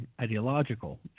ideological